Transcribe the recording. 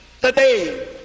today